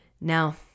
Now